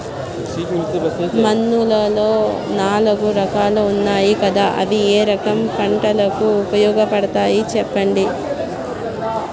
మన్నులో నాలుగు రకాలు ఉన్నాయి కదా అవి ఏ రకం పంటలకు ఉపయోగపడతాయి చెప్పండి?